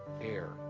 air.